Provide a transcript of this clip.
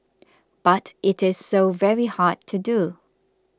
but it is so very hard to do